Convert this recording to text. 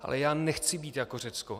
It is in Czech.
Ale já nechci být jako Řecko.